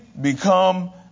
become